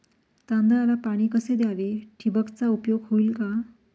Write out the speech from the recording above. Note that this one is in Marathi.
तांदळाला पाणी कसे द्यावे? ठिबकचा उपयोग होईल का?